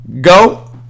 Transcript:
go